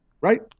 right